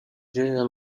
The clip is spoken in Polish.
dzieje